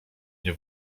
nie